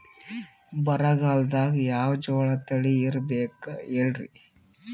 ಬರಗಾಲದಾಗ್ ಯಾವ ಜೋಳ ತಳಿ ಬೆಳಿಬೇಕ ಹೇಳ್ರಿ?